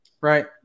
Right